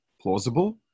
plausible